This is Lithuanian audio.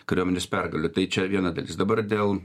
kariuomenės pergalių tai čia viena dalis dabar dėl